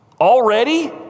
Already